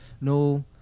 no